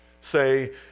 say